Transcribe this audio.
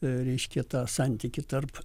reiškia tą santykį tarp